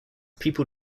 people